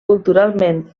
culturalment